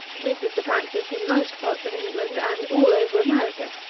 this is the practice in most parts of england, and all over america.